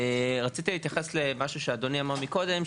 רציתי להתייחס למשהו שאדוני אמר מקודם,